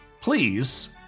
Please